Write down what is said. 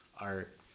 art